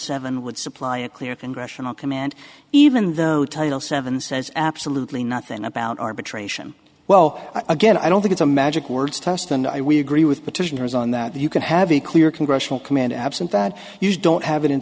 seven would supply a clear congressional command even though title seven says absolutely nothing about arbitration well again i don't think it's a magic words test and i will agree with petitioners on that you can have a clear congressional command absent that you don't have it in